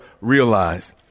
realize